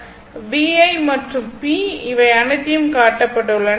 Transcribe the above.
V I மற்றும் p இவை அனைத்தும் காட்டப்பட்டுள்ளன